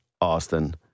Austin